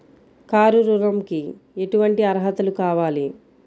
Car ఋణంకి ఎటువంటి అర్హతలు కావాలి?